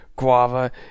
guava